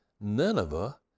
Nineveh